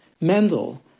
Mendel